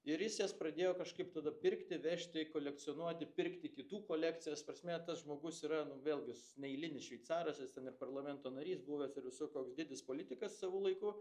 ir jis jas pradėjo kažkaip tada pirkti vežti kolekcionuoti pirkti kitų kolekcijas prasme tas žmogus yra nu vėlgi jis neeilinis šveicaras jis ten ir parlamento narys buvęs ir visur koks didis politikas savu laiku